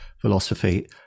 philosophy